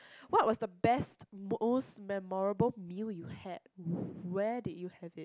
what was the best most memorable meal you had where did you have it